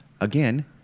again